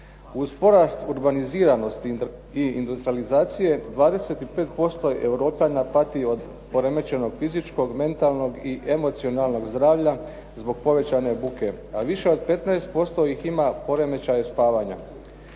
Uz porast urbaniziranosti i industrijalizacije 25% Europljana pati od poremećenog fizičkog, mentalnog i emocionalnog zdravlja zbog povećane buke, a više od 15% ih ima poremećaje spavanja.